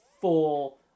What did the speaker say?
full